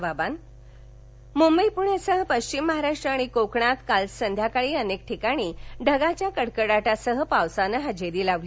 हवामान् मुंबई पुण्यासह पश्चिम महाराष्ट्र आणि कोकणात काल संध्याकाळी अनेक ठिकाणी ढगांच्या कडकडाटासह पावसानं हजेरी लावली